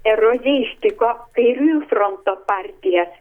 erozija tiko kairiųjų fronto partiją